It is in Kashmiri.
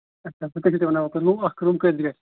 اَچھا بہٕ کَتہِ چھُسے ژےٚ ونان وۅنۍ گوٚو اَکھ کٲم کٔرۍزِ